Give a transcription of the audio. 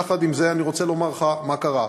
יחד עם זה, אני רוצה לומר לך מה קרה.